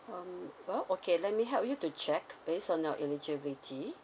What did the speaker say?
um well okay let me help you to check based on your eligibility